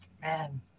man